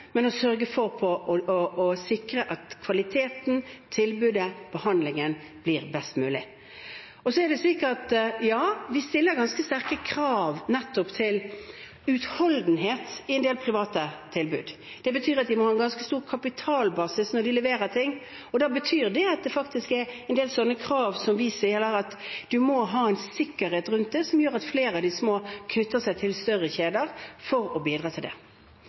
men sørge for at kvaliteten, tilbudet og behandlingen blir best mulig. Vi stiller ganske sterke krav nettopp til utholdenhet i en del private tilbud. Det betyr at de må ha en ganske stor kapitalbasis når de leverer ting, man må ha sikkerhet rundt det, og det gjør at flere av de små knytter seg til større kjeder for å bidra til det. Det som har vært viktig, og det vi vet, er at de